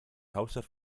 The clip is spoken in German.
hauptstadt